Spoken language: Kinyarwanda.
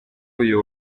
uyu